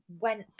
went